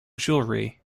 jewelry